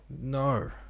No